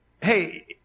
hey